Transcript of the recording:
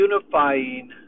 unifying